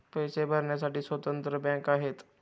पैसे भरण्यासाठी स्वतंत्र बँका आहेत